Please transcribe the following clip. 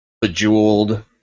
Bejeweled